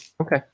okay